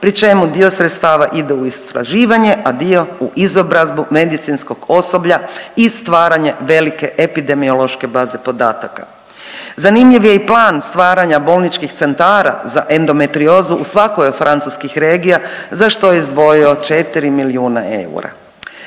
pri čemu dio sredstava ide u istraživanje, a dio u izobrazbu medicinskog osoblja i stvaranje velike epidemiološke baze podataka. Zanimljiv je i plan stvaranja bolničkih centara za endometriozu u svakoj od francuskih regija za što je izdvojio 4 milijuna eura.